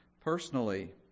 Personally